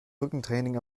rückentraining